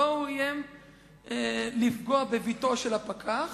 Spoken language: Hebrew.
שבו הוא איים לפגוע בבתו של הפקח,